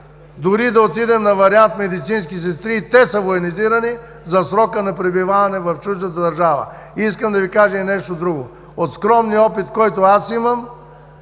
Дори да отидем на вариант медицински сестри, и те са военизирани за срока на пребиваване в чуждата държава. Искам да Ви кажа и нещо друго. От скромния опит, който аз имам,